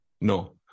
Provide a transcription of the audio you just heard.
No